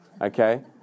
Okay